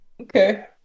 Okay